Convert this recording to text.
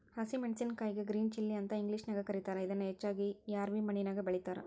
ಹಸಿ ಮೆನ್ಸಸಿನಕಾಯಿಗೆ green chilli ಅಂತ ಇಂಗ್ಲೇಷನ್ಯಾಗ ಕರೇತಾರ, ಇದನ್ನ ಹೆಚ್ಚಾಗಿ ರ್ಯಾವಿ ಮಣ್ಣಿನ್ಯಾಗ ಬೆಳೇತಾರ